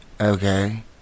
Okay